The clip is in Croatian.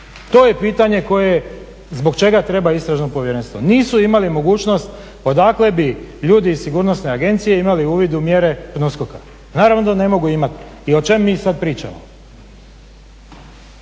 to je pitanje zbog čega treba Istražno povjerenstvo. Nisu imali mogućnost odakle bi ljudi iz SOA-e imali uvid u mjere PNUSKOK-a. Naravno da ne mogu imati. I o čemu mi sad pričamo?